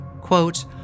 quote